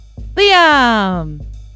liam